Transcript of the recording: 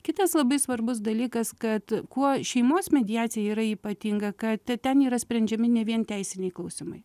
kitas labai svarbus dalykas kad kuo šeimos mediacija yra ypatinga kad ten yra sprendžiami ne vien teisiniai klausimai